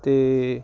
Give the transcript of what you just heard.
ਅਤੇ